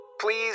please